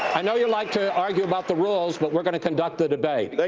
i know you like to argue about the rules, but we're going to conduct a debate. like